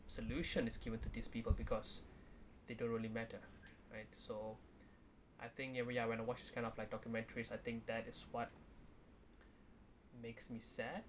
solution is keyword to these people because they don't really matter right so I think here we are when I watch kind of like documentaries I think that is what makes me sad